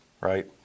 right